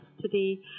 today